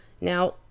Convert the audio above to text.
Now